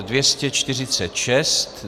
246.